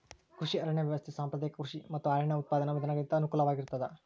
ಕೃಷಿ ಅರಣ್ಯ ವ್ಯವಸ್ಥೆ ಸಾಂಪ್ರದಾಯಿಕ ಕೃಷಿ ಮತ್ತು ಅರಣ್ಯ ಉತ್ಪಾದನಾ ವಿಧಾನಗುಳಿಗಿಂತ ಅನುಕೂಲಕರವಾಗಿರುತ್ತದ